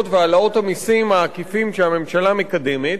והעלאות המסים העקיפים שהממשלה מקדמת,